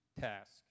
task